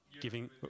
giving